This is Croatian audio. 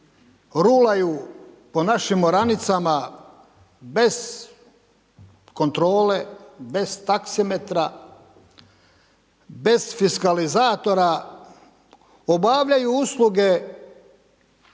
rulaju po našim oranicama bez kontrole, bez taksimetra, bez fiskalizatora, obavljaju usluge